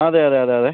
അതെ അതെ അതെ അതെ